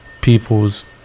people's